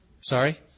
Sorry